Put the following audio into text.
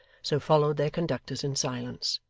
so followed their conductors in silence.